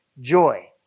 joy